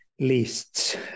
Lists